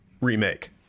remake